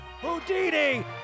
Houdini